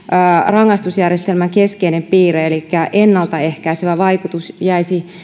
rangaistusjärjestelmän keskeinen piirre elikkä ennaltaehkäisevä vaikutus jäisi